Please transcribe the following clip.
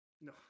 No